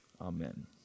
Amen